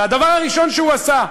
והדבר הראשון שהוא עשה,